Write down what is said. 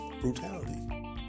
brutality